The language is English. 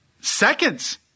seconds